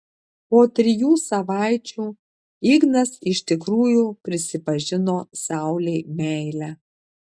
po trijų savaičių ignas iš tikrųjų prisipažino saulei meilę